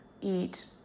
eat